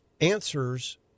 answers